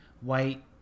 white